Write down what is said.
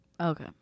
Okay